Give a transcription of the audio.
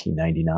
1999